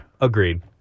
Agreed